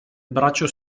braccio